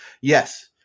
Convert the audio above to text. yes